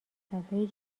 فرصتهای